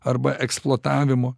arba eksploatavimo